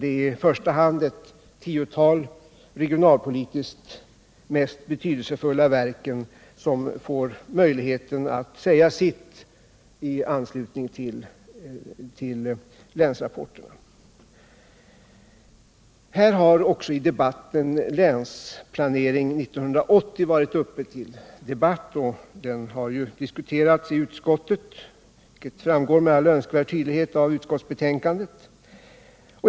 Det är i första hand de regionalpolitiskt mest betydelsefulla verken som får möjligheten att säga sitt i anslutning till länsrapporterna. Här har också länsplaneringen 1980 varit uppe till debatt och den har ju också diskuterats i utskottet, vilket framgår med all önskvärd tydlighet av utskottsbetänkandet.